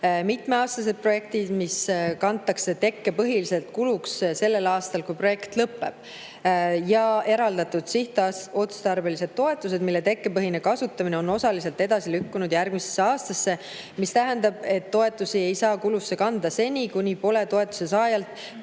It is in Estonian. mitmeaastased projektid, mis kantakse tekkepõhiselt kuluks sellel aastal, kui projekt lõpeb. Ka on eraldatud sihtotstarbelised toetused, mille tekkepõhine kasutamine on osaliselt edasi lükkunud järgmisesse aastasse, mis tähendab, et toetusi ei saa kuludesse kanda seni, kuni pole toetuse saajalt